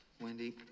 Wendy